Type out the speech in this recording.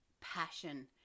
passion